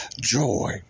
joy